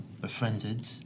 befriended